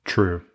True